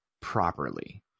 properly